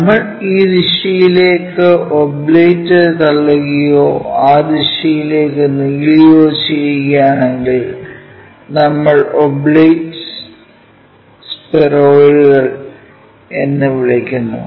നമ്മൾ ഈ ദിശയിലേക്ക് ഒബ്ലേറ്റ് തള്ളുകയോ ആ ദിശയിലേക്ക് നീളുകയോ ചെയ്യുകയാണെങ്കിൽ നമ്മൾ ഒബ്ലേറ്റ് സ്ഫെറോയിഡുകൾ എന്ന് വിളിക്കുന്നു